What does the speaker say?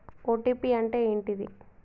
OTP అంటే ఏంటిది?